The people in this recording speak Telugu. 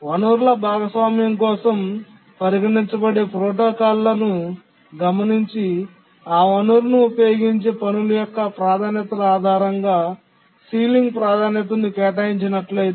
వనరుల భాగస్వామ్యం కోసం పరిగణించబడే ప్రోటోకాల్లను గమనించి ఆ వనరును ఉపయోగించే పనుల యొక్క ప్రాధాన్యతల ఆధారంగా సీలింగ్ ప్రాధాన్యతను కేటాయించినట్లయితే